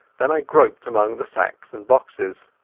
then i groped among the sacks and boxes.